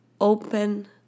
open